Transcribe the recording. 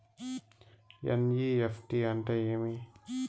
NEFT అంటే ఏమి